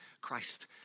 Christ